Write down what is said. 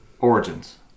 Origins